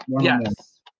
Yes